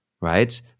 right